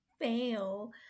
fail